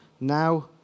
Now